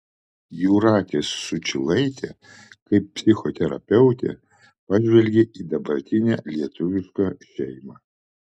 jūratės sučylaitė kaip psichoterapeutė pažvelgė į dabartinę lietuvišką šeimą